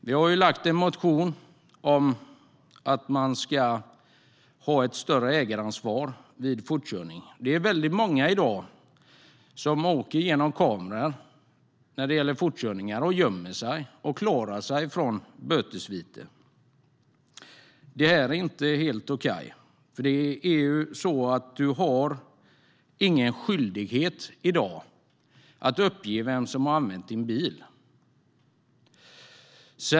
Vi har väckt en motion om att man ska ha ett större ägaransvar vid fortkörning. Det är i dag väldigt många som åker "genom kameran" vid fortkörningar, gömmer sig och klarar sig från bötesvite. Det här är inte helt okej.I dag har man ingen skyldighet att uppge vem som använt ens bil.